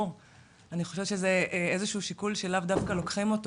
אני חושבת שזה איזשהו שיקול שלאו דווקא לוקחים אותו.